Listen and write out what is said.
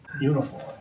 uniform